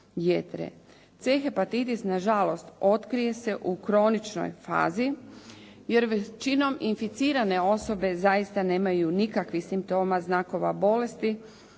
C hepatitis nažalost otkrije se u kroničnoj fazi jer većinom inficirane osobe zaista nemaju nikakvih simptoma znakova bolesti,